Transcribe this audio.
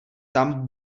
tam